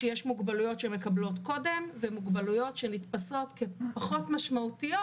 כך שיש מוגבלויות שמקבלים קודם ומוגבלויות שנתפסות כפחות משמעותיות,